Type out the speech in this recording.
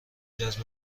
جذب